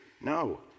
No